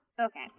Okay